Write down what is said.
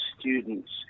students